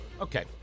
Okay